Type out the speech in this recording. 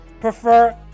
prefer